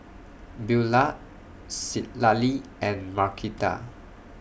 Beaulah Citlali and Markita